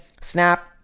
snap